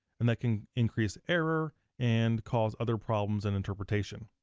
and that can increase error and cause other problems in interpretation.